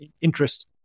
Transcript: interest